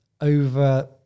over